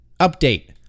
Update